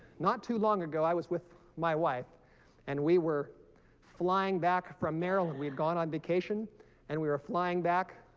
not too long ago i was with my wife and we were flying back from maryland we had gone on vacation and we were flying back